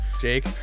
jake